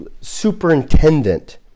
superintendent